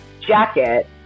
jacket